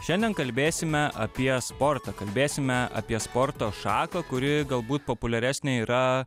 šiandien kalbėsime apie sportą kalbėsime apie sporto šaką kuri galbūt populiaresnė yra